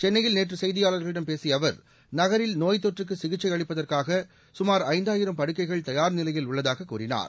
சென்னையில் நேற்று செய்தியாளர்களிடம் பேசிய அவர் நகரில் நோய்த்தொற்றுக்கு சிகிச்சை அளிப்பதற்காக சுமார் ஐந்தாயிரம் படுக்கைகள் தயார் நிலையில் உள்ளதாக கூறினார்